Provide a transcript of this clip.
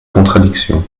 contradiction